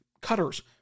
cutters